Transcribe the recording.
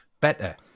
better